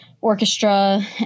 Orchestra